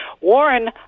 warren